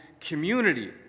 community